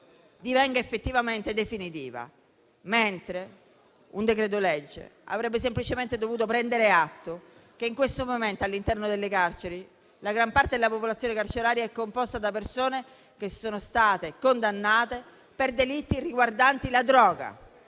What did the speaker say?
divenga effettivamente definitiva. Un decreto-legge avrebbe semplicemente dovuto prendere atto che in questo momento la gran parte della popolazione carceraria è composta da persone che sono state condannate per delitti riguardanti la droga.